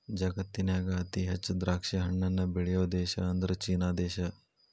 ಜಗತ್ತಿನ್ಯಾಗ ಅತಿ ಹೆಚ್ಚ್ ದ್ರಾಕ್ಷಿಹಣ್ಣನ್ನ ಬೆಳಿಯೋ ದೇಶ ಅಂದ್ರ ಚೇನಾ ದೇಶ